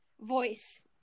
voice